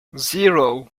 zero